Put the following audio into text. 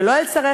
ולא אל שריך,